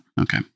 Okay